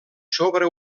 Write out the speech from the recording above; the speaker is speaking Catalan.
sobre